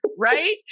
right